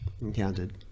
encountered